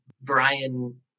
Brian